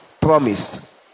Promised